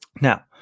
Now